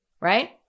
right